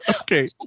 Okay